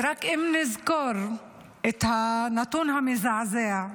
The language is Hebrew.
ואם רק נזכור את הנתון המזעזע,